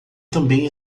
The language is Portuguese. também